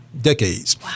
decades